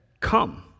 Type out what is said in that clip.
Come